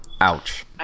Ouch